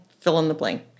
fill-in-the-blank